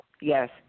yes